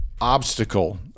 obstacle